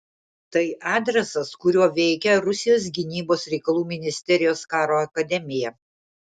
tai adresas kuriuo veikia rusijos gynybos reikalų ministerijos karo akademija